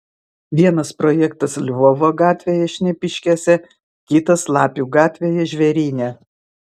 vienas projektas lvovo gatvėje šnipiškėse kitas lapių gatvėje žvėryne